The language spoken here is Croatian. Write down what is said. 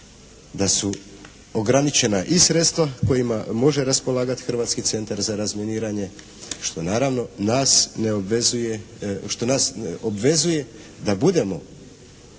da su ograničena i sredstva kojima može raspolagati Hrvatski centar za razminiranje što naravno nas ne obvezuje, što